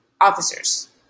officers